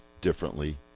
differently